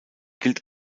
gilt